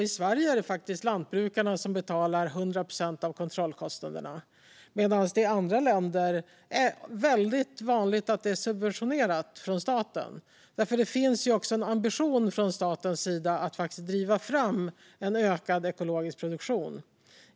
I Sverige är det faktiskt lantbrukarna som betalar 100 procent av kontrollkostnaderna medan det i andra länder är väldigt vanligt att detta är subventionerat av staten. Det finns ju en ambition från statens sida att driva fram en ökad ekologisk produktion.